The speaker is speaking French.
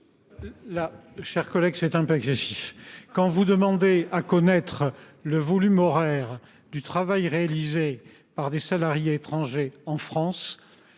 M. le rapporteur. C’est un peu excessif. Vous demandez à connaître le volume horaire du travail réalisé par des salariés étrangers en France.